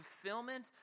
fulfillment